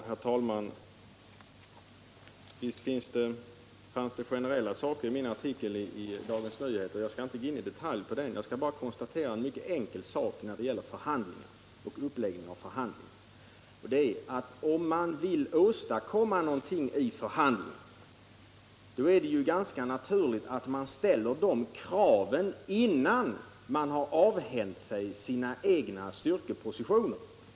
Herr talman! Visst fanns det generella uttalanden i min artikel i Dagens Nyheter. Jag skall inte i detalj gå in på den artikeln utan bara konstatera en mycket enkel sak när det gäller förhandlingar och uppläggning av förhandlingar, nämligen att om man vill åstadkomma någonting vid förhandlingar är det ganska naturligt att man ställer kraven, innan man har lämnat sina styrkepositioner.